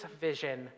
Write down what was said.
vision